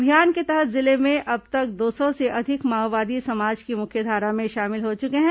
अभियान के तहत जिले में अब तक दो सौ से अधिक माओवादी समाज की मुख्यधारा में शामिल हो चुके हैं